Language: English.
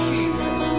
Jesus